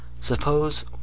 suppose